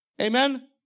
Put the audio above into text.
Amen